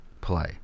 play